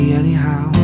anyhow